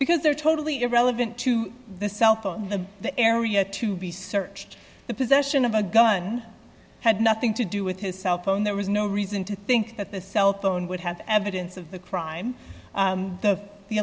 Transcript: because they're totally irrelevant to the cell phone the the area to be searched the possession of a gun had nothing to do with his cell phone there was no reason to think that the cell phone would have evidence of the crime that the